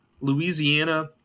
Louisiana